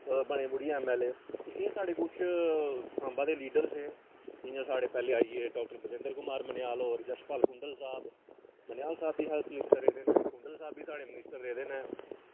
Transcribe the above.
बने मुुड़ियै M L A ते एह् साढ़े कुछ साम्बा दे लीडर्स हे जियां साढ़े पैह्लें आई गे डाक्टर दविंद्र कुमार मनेयाल होर यशपाल कुुंडल साह्ब मनेयाल साह्ब बी हैल्थ मिनिस्टर रेह्दे न कुंडल साह्ब बी साढ़े मिनिस्टर रेह्दे न